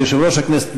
כיושב-ראש הכנסת,